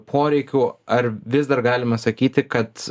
poreikiu ar vis dar galime sakyti kad